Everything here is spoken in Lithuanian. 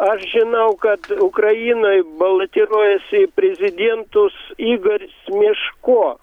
aš žinau kad ukrainoj balotiruojasi į prezidentus igor smeško